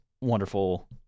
wonderful